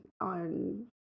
on